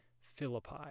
Philippi